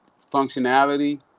functionality